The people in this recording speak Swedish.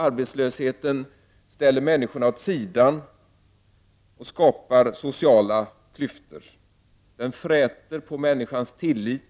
Arbetslösheten ställer människorna åt sidan och skapar sociala klyftor. Den fräter på människans tillit